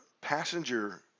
passenger